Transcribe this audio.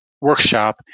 workshop